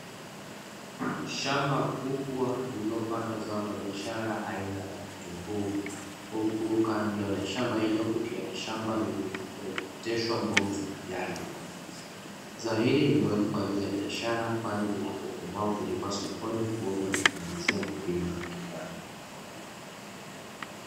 Shamba kubwa lililopandwa zao la biashara aina ya vitunguu, huku kando kukiwa na shamba lililooteshwa mboga za majani. Zao hili ni muhimu kwa ajili ya biashara kwani linapokomaa hupelekwa sokoni kuuzwa na kumuingizia mkulima kipato.